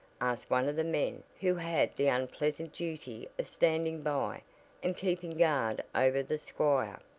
asked one of the men who had the unpleasant duty of standing by and keeping guard over the squire.